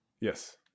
Yes